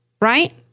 Right